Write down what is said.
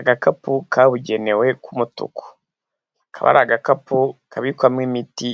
Agakapu kabugenewe k'umutuku kaba ari agakapu kabikwamo imiti